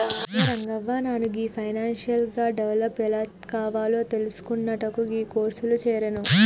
అయితే రంగవ్వ నాను గీ ఫైనాన్షియల్ గా డెవలప్ ఎలా కావాలో తెలిసికొనుటకు గీ కోర్సులో జేరాను